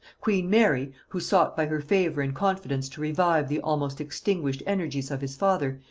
queen mary, who sought by her favor and confidence to revive the almost extinguished energies of his father,